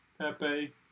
Pepe